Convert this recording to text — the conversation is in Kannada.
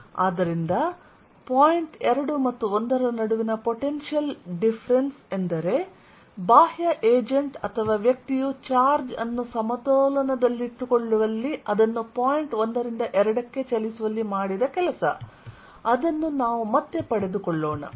ಆದ್ದರಿಂದ ಪಾಯಿಂಟ್ 2 ಮತ್ತು 1 ರ ನಡುವಿನ ಪೊಟೆನ್ಶಿಯಲ್ ಡಿಫರೆನ್ಸ್ ಎಂದರೆ ಬಾಹ್ಯ ಏಜೆಂಟ್ ಅಥವಾ ವ್ಯಕ್ತಿಯು ಚಾರ್ಜ್ ಅನ್ನು ಸಮತೋಲನದಲ್ಲಿಟ್ಟುಕೊಳ್ಳುವಲ್ಲಿ ಅದನ್ನು ಪಾಯಿಂಟ್ 1 ರಿಂದ 2 ಕ್ಕೆ ಚಲಿಸುವಲ್ಲಿ ಮಾಡಿದ ಕೆಲಸ ಅದನ್ನು ನಾವು ಮತ್ತೆ ಪಡೆದುಕೊಳ್ಳೋಣ